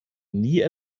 nie